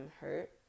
hurt